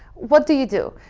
what do you do?